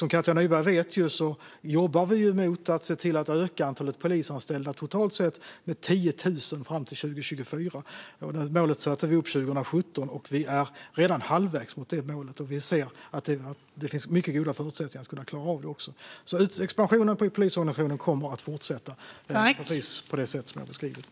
Som Katja Nyberg vet jobbar vi med att öka antalet polisanställda med totalt 10 000 fram till 2024. Det målet satte vi upp 2017, och vi är redan halvvägs. Vi ser att det finns mycket goda förutsättningar att klara av det. Expansionen av polisorganisationen kommer alltså att fortsätta på det sätt som jag beskrivit.